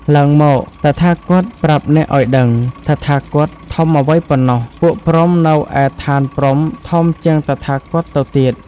ឡើងមក! តថាគតប្រាប់អ្នកឱ្យដឹង! តថាគតធំអ្វីប៉ុណ្ណោះ ពួកព្រហ្មនៅឯឋានព្រហ្មធំជាងតថាគតទៅទៀត"។